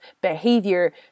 behavior